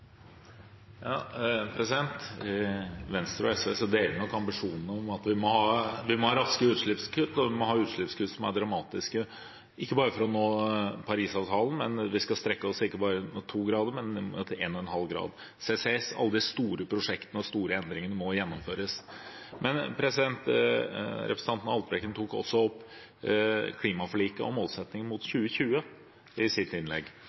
I Venstre og SV deler vi nok ambisjonene om at vi må ha raske utslippskutt, og vi må ha utslippskutt som er dramatiske – ikke bare for å nå Parisavtalen, vi skal strekke oss mot ikke bare 2 grader, men 1,5 grad. CCS og alle de store prosjektene og store endringene må gjennomføres. Men representanten Haltbrekken tok også opp klimaforliket og målsettingen mot 2020 i sitt innlegg.